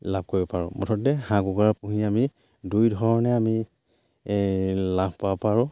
লাভ কৰিব পাৰোঁ মুঠতে হাঁহ কুকুৰা পুহি আমি দুই ধৰণে আমি এই লাভ পাব পাৰোঁ